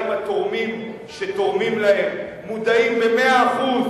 אם התורמים שתורמים להם מודעים במאה אחוז